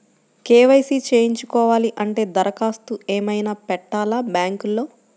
KYC చేయించుకోవాలి అంటే దరఖాస్తు ఏమయినా పెట్టాలా బ్యాంకులో?